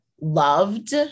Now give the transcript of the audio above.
loved